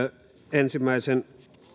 ensimmäisen